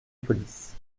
police